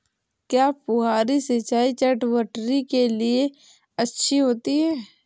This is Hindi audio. क्या फुहारी सिंचाई चटवटरी के लिए अच्छी होती है?